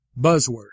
buzzword